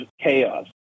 chaos